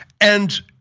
And-